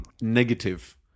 negative